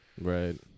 right